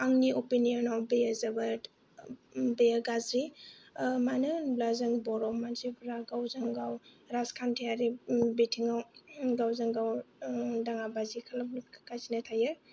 आंनि अपिनियनाव बेयो जोबोर बेयो गाज्रि मानो होनोब्ला जों बर' मानसिफ्रा गावजों गाव राजखान्थिआरि बिथिङाव गावजों गाव दाङा बाजि खालामगासिनो थायो